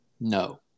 No